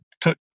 took